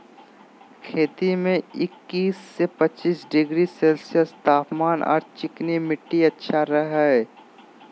खेती में इक्किश से पच्चीस डिग्री सेल्सियस तापमान आर चिकनी मिट्टी अच्छा रह हई